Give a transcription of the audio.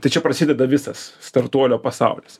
tai čia prasideda visas startuolio pasaulis